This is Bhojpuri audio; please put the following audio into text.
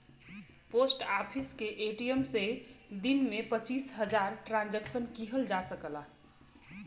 पोस्ट ऑफिस के ए.टी.एम से दिन में पचीस हजार ट्रांसक्शन किहल जा सकला